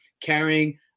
carrying